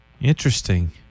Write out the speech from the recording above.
Interesting